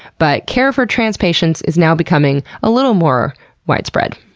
but care for trans patients is now becoming a little more widespread.